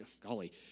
golly